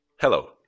Hello